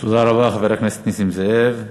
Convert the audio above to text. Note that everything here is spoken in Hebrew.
תודה רבה, חבר הכנסת נסים זאב.